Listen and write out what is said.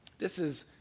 this is